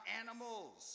animals